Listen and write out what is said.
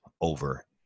over